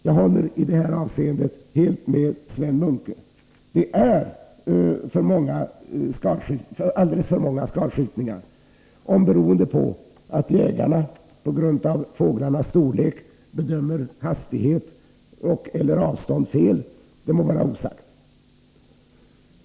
Jag håller i detta avseende helt med Sven Munke; det är alldeles för många skadskjutningar — om det är beroende på att jägarna på grund av fåglarnas storlek bedömer hastighet och/eller avstånd fel må vara osagt.